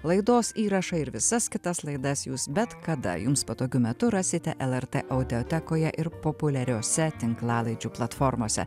laidos įrašą ir visas kitas laidas jūs bet kada jums patogiu metu rasite lrt audiotekoje ir populiariose tinklalaidžių platformose